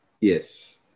Yes